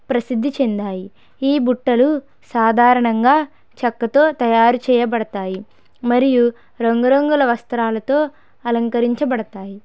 ప్రసిద్ధి చెందాయి ఈ బుట్టలు సాధారణంగా చెక్కతో తయారు చేయబడతాయి మరియు రంగురంగుల వస్త్రాలతో అలంకరించబడతాయి